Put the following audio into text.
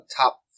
top